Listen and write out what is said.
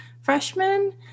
freshmen